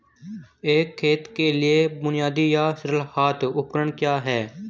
एक खेत के लिए बुनियादी या सरल हाथ उपकरण क्या हैं?